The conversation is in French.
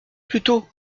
plutôt